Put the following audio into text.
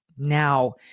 now